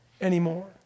anymore